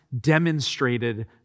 demonstrated